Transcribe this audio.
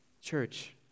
Church